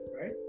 right